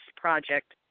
project